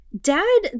Dad